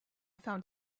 found